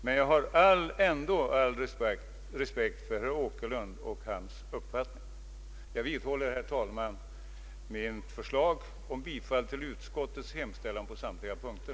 Men jag har ändå all respekt för herr Åkerlund och hans uppfattning. Jag vidhåller, herr talman, mitt yrkande om bifall till utskottets hemställan på samtliga punkter.